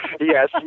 Yes